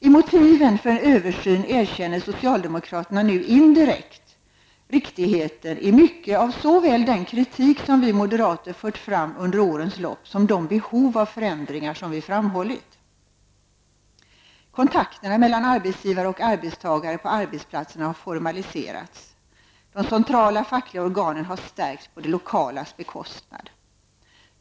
I motiven för en översyn erkänner socialdemokraterna nu indirekt riktighet i mycket av såväl den kritik som vi moderater fört fram under årens lopp som de behov av förändringar som vi framhållit. -- Kontakterna mellan arbetsgivare och arbetstagare på arbetsplatserna har formaliserats. De centrala fackliga organen har stärkts på de lokalas bekostnad.